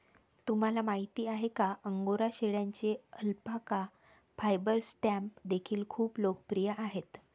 तुम्हाला माहिती आहे का अंगोरा शेळ्यांचे अल्पाका फायबर स्टॅम्प देखील खूप लोकप्रिय आहेत